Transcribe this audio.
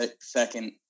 second